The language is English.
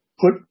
put